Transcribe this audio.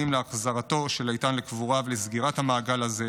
להחזרתו של איתן לקבורה ולסגירת המעגל הזה,